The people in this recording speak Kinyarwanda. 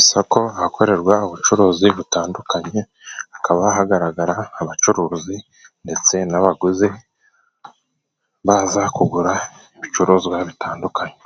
Isoko ahakorerwa ubucuruzi butandukanye, hakaba hagaragara abacuruzi ndetse n'abaguzi, baza kugura ibicuruzwa bitandukanye.